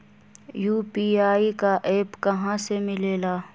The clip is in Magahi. यू.पी.आई का एप्प कहा से मिलेला?